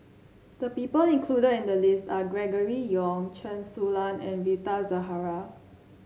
the people included in the list are Gregory Yong Chen Su Lan and Rita Zahara